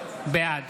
בעד